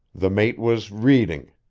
the mate was reading,